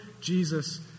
Jesus